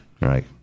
right